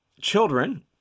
children